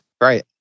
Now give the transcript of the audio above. Right